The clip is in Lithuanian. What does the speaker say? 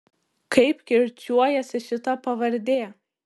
kaip kirčiuojasi šita pavardė